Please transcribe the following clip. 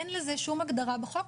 אין לזה שום הגדרה בחוק,